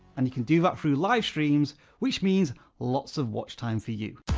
and you can do that through live streams, which means lots of watch time for you.